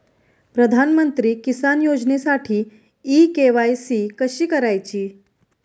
प्रधानमंत्री किसान योजनेसाठी इ के.वाय.सी कशी करायची?